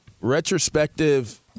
retrospective